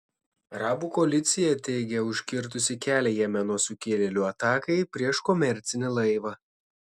arabų koalicija teigia užkirtusi kelią jemeno sukilėlių atakai prieš komercinį laivą